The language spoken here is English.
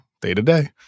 day-to-day